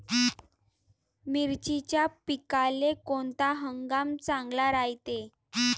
मिर्चीच्या पिकाले कोनता हंगाम चांगला रायते?